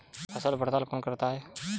फसल पड़ताल कौन करता है?